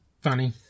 funny